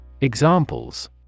Examples